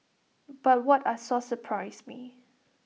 but what I saw surprised me